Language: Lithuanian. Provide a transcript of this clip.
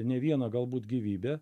ne vieną galbūt gyvybę